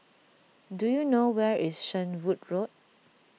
do you know where is Shenvood Road